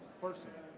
person